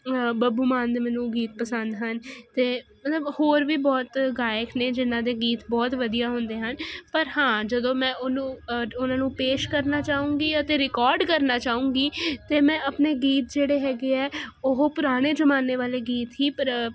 ਬੱਬੂ ਮਾਨ ਦੇ ਮੈਨੂੰ ਗੀਤ ਪਸੰਦ ਹਨ ਅਤੇ ਮਤਲਬ ਹੋਰ ਵੀ ਬਹੁਤ ਗਾਇਕ ਨੇ ਜਿਹਨਾਂ ਦੇ ਗੀਤ ਬਹੁਤ ਵਧੀਆ ਹੁੰਦੇ ਹਨ ਪਰ ਹਾਂ ਜਦੋਂ ਮੈਂ ਉਹਨੂੰ ਉਹਨਾਂ ਨੂੰ ਪੇਸ਼ ਕਰਨਾ ਚਾਹੂੰਗੀ ਅਤੇ ਰਿਕਾਰਡ ਕਰਨਾ ਚਾਹੂੰਗੀ ਅਤੇ ਮੈਂ ਆਪਣੇ ਗੀਤ ਜਿਹੜੇ ਹੈਗੇ ਆ ਉਹ ਪੁਰਾਣੇ ਜ਼ਮਾਨੇ ਵਾਲੇ ਗੀਤ ਹੀ ਪਰਾ